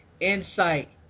insight